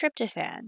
tryptophan